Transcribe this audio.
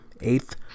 eighth